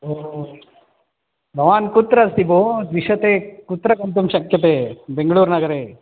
ओ भवान् कुत्र अस्ति भो द्विशते कुत्र गन्तुं शक्यते बेङ्गलूरुनगरे